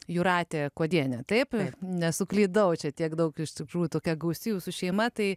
jūratė kuodienė taip nesuklydau čia tiek daug iš tikrųjų tokia gausi jūsų šeima tai